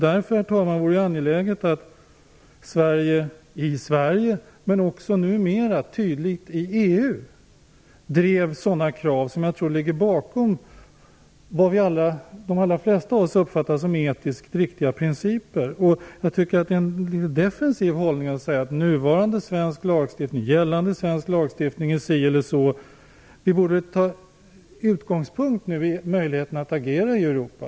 Därför, herr talman, vore det angeläget att vi i Sverige - men också numera i EU - tydligt drev sådana krav som jag tror att de allra flesta av oss uppfattar som etiskt riktiga principer. Det är litet defensivt att säga att nu gällande svensk lagstiftning är si eller så. Vi borde ha vår utgångspunkt i möjligheterna att agera i Europa.